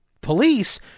police